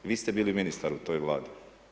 Vi ste bili ministar u toj Vladi.